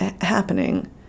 happening